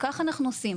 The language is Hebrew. וכך אנחנו עושים,